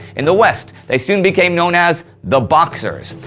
in the west, they soon became known as the boxers.